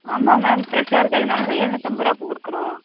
ஆமாம் மேம் ஃப்ரெஷ்ஷாக இருக்கிறதாலதான் எழுநூத்தம்பது ரூவா பூ கொடுக்குறோம்